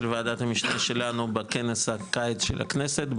וועדת המשנה שלנו בכנס הקיץ של הכנסת,